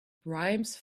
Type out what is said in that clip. bribes